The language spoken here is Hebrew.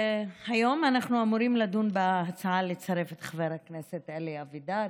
היום אנחנו אמורים לדון בהצעה לצרף את חבר הכנסת אלי אבידר